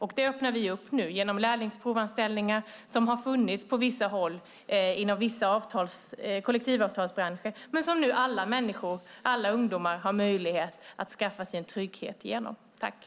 Det öppnar vi för nu genom att lärlingsprovanställningar. Det har funnits på vissa håll inom vissa kollektivavtalsbranscher, men nu har alla ungdomar möjlighet att skaffa sig en trygghet genom detta.